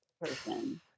person